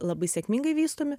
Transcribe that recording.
labai sėkmingai vystomi